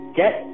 get